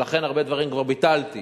ולכן הרבה דברים כבר ביטלתי,